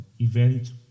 event